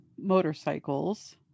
motorcycles